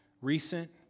Recent